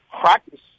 practice